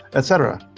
et cetera.